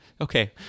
Okay